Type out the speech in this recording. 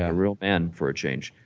ah real man for a change,